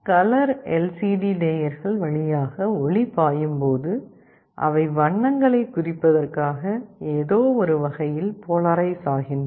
colour LCD லேயர்கள் வழியாக ஒளி பாயும் போது அவை வண்ணங்களைக் குறிப்பதற்காக ஏதோவொரு வகையில் போலாரைஸ் ஆகின்றன